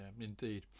indeed